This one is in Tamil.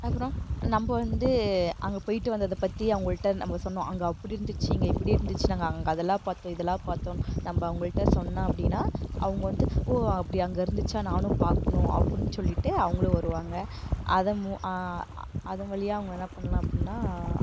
அப்புறோம் நம்ப வந்து அங்கே போயிட்டு வந்ததை பற்றி அவங்கள்ட நம்ப சொன்னோம் அங்கே அப்படி இருந்துச்சு இங்கே இப்படி இருந்துச்சு நாங்கள் அங்கே அதேலாம் பார்த்தோம் இதெலாம் பார்த்தோம் நம்ப அவங்கள்ட சொன்னோம் அப்படினா அவங்க வந்து ஓ அப்படி அங்கே இருந்துச்சா நானும் பார்க்குணும் அப்புடினு சொல்லிவிட்டு அவங்களும் வருவாங்க அதை அதன் வழியாக அவங்க என்ன பண்ணலாம் அப்புடினா